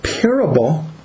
parable